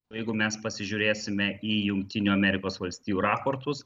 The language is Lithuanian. jeigu mes pasižiūrėsime į jungtinių amerikos valstijų raportus